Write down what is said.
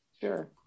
Sure